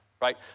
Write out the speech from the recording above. right